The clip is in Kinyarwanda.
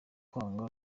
kwanga